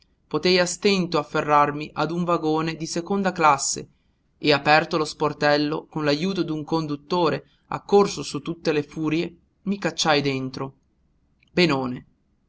potei a stento afferrarmi a un vagone di seconda classe e aperto lo sportello con l'ajuto d'un conduttore accorso su tutte le furie mi cacciai dentro benone